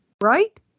right